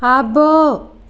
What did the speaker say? అబ్బో